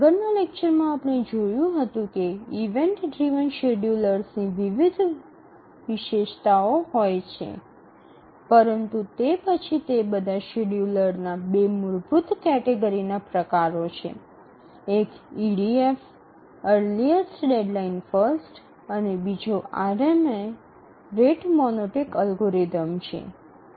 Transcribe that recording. આગળનાં લેક્ચરમાં આપણે જોયું હતું કે ઇવેન્ટ ડ્રિવન શેડ્યૂલર્સની વિશાળ વિવિધતા હોય છે પરંતુ તે પછી તે બધા શેડ્યુલરના 2 મૂળભૂત કેટેગરીના પ્રકારો છે એક ઇડીએફ અર્લીઅસ્ટ ડેડલાઇન ફર્સ્ટ અને બીજો આરએમએ રેટ મોનોટોનિક અલ્ગોરિધમ છે